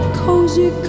cozy